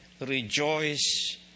rejoice